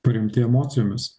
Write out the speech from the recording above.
paremti emocijomis